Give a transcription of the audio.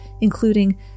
including